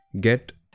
get